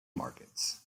markets